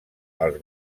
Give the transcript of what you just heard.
els